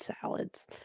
salads